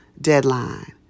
deadline